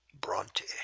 Bronte